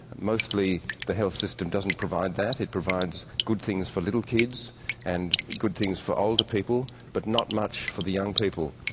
mostly the health system doesn't provide that, it provides good things for little kids and good things for older people but not much for the young people.